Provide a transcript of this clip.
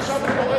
עכשיו הוא קורא,